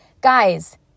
Guys